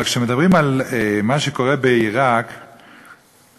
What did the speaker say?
אבל כשמדברים על מה שקורה בעיראק אי-אפשר,